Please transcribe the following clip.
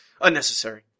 unnecessary